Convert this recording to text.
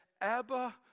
Abba